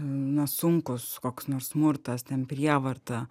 na sunkūs koks nors smurtas ten prievarta